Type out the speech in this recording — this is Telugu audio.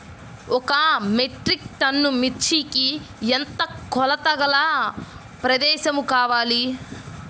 ఒక మెట్రిక్ టన్ను మిర్చికి ఎంత కొలతగల ప్రదేశము కావాలీ?